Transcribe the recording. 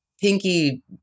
Pinky